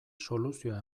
soluzioa